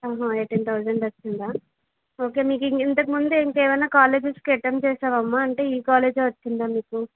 ఆహా eighteen thousand వచ్చిందా okay మీకు ఇంతకు ముందు ఇంకేమైనా కాలేజస్కి అటండ్ చేశావమ్మ అంటే ఈ కాలేజే వచ్చిందా మీకు